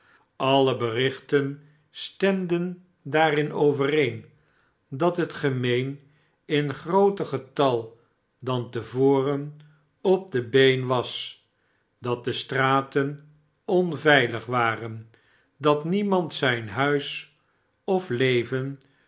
alle berichten stemden daarin overeen dat het gemeen in grooter getal dan te voren op de been was dat de straten onveilig waren dat niemand zijn huis of leven